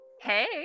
Hey